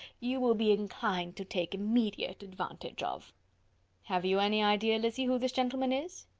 you will be inclined to take immediate advantage of have you any idea, lizzy, who this gentleman is?